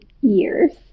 years